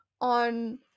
on